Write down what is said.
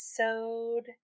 episode